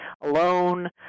alone